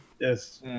Yes